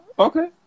Okay